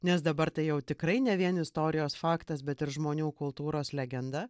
nes dabar tai jau tikrai ne vien istorijos faktas bet ir žmonių kultūros legenda